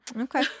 Okay